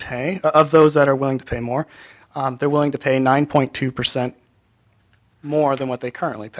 pay those that are willing to pay more they're willing to pay nine point two percent more than what they currently